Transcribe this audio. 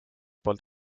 poolt